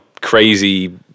crazy